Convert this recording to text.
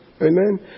Amen